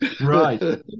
Right